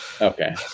Okay